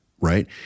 Right